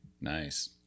nice